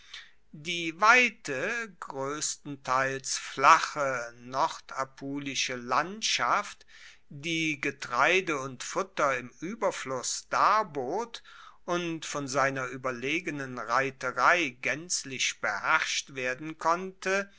die weite groesstenteils flache nordapulische landschaft die getreide und futter im ueberfluss darbot und von seiner ueberlegenen reiterei gaenzlich beherrscht werden konnte